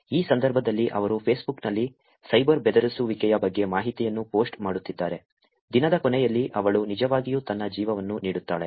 ಈ ಸಂದರ್ಭದಲ್ಲಿ ಅವರು ಫೇಸ್ಬುಕ್ನಲ್ಲಿ ಸೈಬರ್ ಬೆದರಿಸುವಿಕೆಯ ಬಗ್ಗೆ ಮಾಹಿತಿಯನ್ನು ಪೋಸ್ಟ್ ಮಾಡುತ್ತಿದ್ದಾರೆ ದಿನದ ಕೊನೆಯಲ್ಲಿ ಅವಳು ನಿಜವಾಗಿಯೂ ತನ್ನ ಜೀವವನ್ನು ನೀಡುತ್ತಾಳೆ